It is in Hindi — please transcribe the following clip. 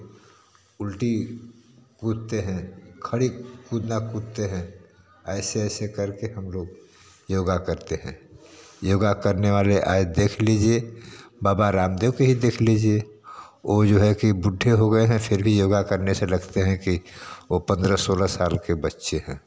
उल्टी कूदते हैं खड़ी कूदना कूदते हैं ऐसे ऐसे करके हम लोग योग करते हैं योग करने वाले आए देख लीजिए बाबा रामदेव के ही देख लीजिए वे जो है कि बूढ़े हो गए हैं फिर योग करने से लगते हैं कि वे पंद्रह सोलह साल के बच्चे हैं